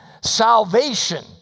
salvation